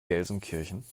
gelsenkirchen